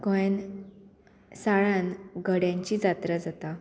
गोंयान साळान गड्यांची जात्रा जाता